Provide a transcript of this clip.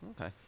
okay